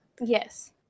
Yes